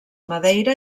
madeira